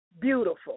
Beautiful